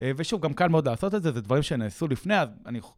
ושוב, גם קל מאוד לעשות את זה, זה דברים שנעשו לפני, אז אני...